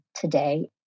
today